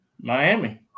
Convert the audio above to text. Miami